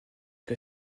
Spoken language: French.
que